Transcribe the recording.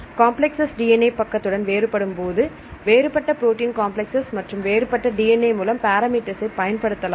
complex DNA பக்கத்துடன் வேறுபடும் போது வேறுபட்ட புரோட்டீன் காம்ப்ளக்ஸ் மற்றும் வேறுபட்ட DNA மூலம் பாரோமீட்டர்சை பயன்படுத்தலாம்